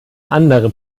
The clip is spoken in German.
andere